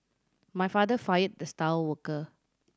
my father fired the star worker